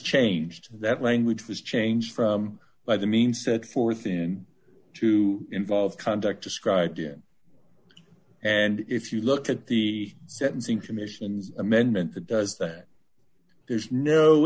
changed that language was changed from by the means set forth in to involve conduct described here and if you look at the sentencing commission's amendment that does that there's no